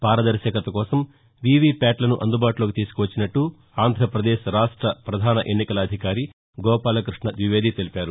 పారదర్శకత కోనం వీవీప్యాట్లను అందుబాటులోకి తీనుకొచ్చినట్లు అంగ్రధదేశ్ రాష్ట ప్రధాన ఎన్నికల అధికారి గోపాలకృష్ణ ద్వివేది తెలిపారు